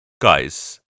Guys